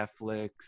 Netflix